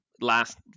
last